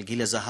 על "גיל הזהב",